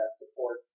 support